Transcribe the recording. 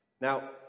Now